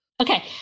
Okay